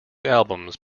albums